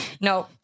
No